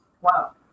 Wow